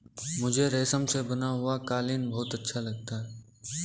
मुझे रेशम से बना हुआ कालीन बहुत अच्छा लगता है